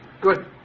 Good